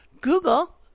Google